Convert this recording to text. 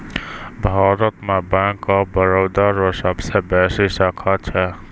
भारत मे bank of Baroda रो सबसे बेसी शाखा छै